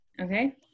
Okay